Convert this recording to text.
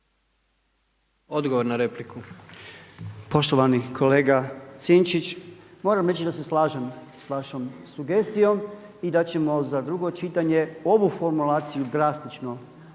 Robert (MOST)** Poštovani kolega Sinčić, moram reći da se slažem sa vašom sugestijom i da ćemo za drugo čitanje ovu formulaciju drastično promijeniti.